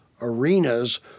arenas